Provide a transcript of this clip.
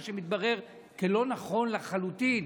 מה שמתברר כלא נכון לחלוטין.